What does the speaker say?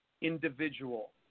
individual